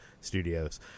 studios